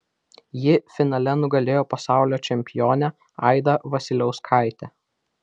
ji finale nugalėjo pasaulio čempionę aidą vasiliauskaitę